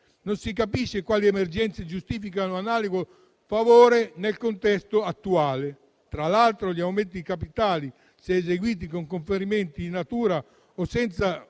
Non si capisce quali emergenze giustifichino un analogo favore nel contesto attuale. Tra l'altro, gli aumenti di capitali, se eseguiti con conferimenti in natura o senza